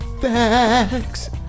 Facts